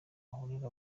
hahurira